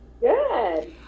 Good